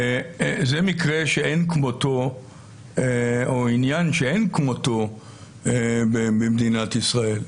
המקרה שאין כמותו או עניין שאין כמותו במדינת ישראל.